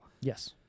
Yes